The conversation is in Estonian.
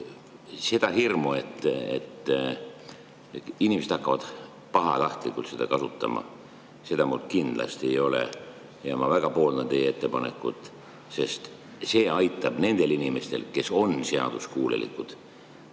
seda hirmu, et inimesed hakkavad pahatahtlikult seda kasutama, mul kindlasti ei ole. Ma väga pooldan teie ettepanekut, sest see aitab nendel inimestel, kes on seaduskuulekad,